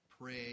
Pray